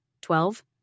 Twelve